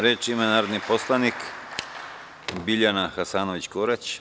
Reč ima narodni poslanik Biljana Hasanović Korać.